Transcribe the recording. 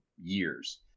years